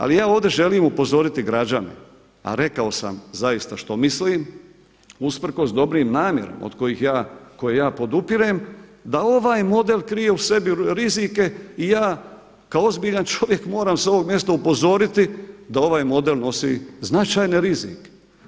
Ali ja ovdje želim upozoriti građane, a rekao sam zaista što mislim usprkos dobrim namjerama koje ja podupirem, da ovaj model krije u sebi rizike i ja kao ozbiljan čovjek moram s ovog mjesta upozoriti da ovaj model nosi značajne rizike.